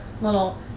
little